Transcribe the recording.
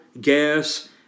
gas